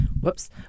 Whoops